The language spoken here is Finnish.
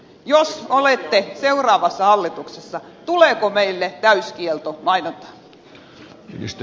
jos olette seuraavassa hallituksessa tuleeko meille täyskielto mainontaan